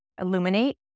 Illuminate